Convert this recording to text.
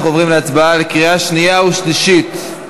אנחנו עוברים להצבעה בקריאה שנייה ושלישית,